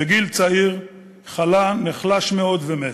בגיל צעיר חלה, נחלש מאוד ומת.